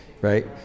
right